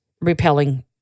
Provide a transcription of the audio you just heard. repelling